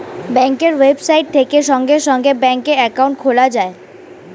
ব্যাঙ্কের ওয়েবসাইট থেকে সঙ্গে সঙ্গে ব্যাঙ্কে অ্যাকাউন্ট খোলা যায়